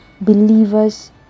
Believers